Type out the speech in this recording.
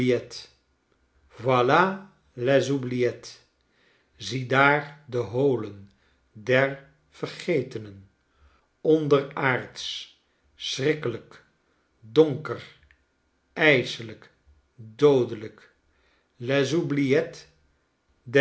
ziedaar de holen der vergetenen onderaardsch schrikkelijk donker ijselijkl doodelijk